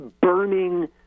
burning